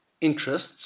interests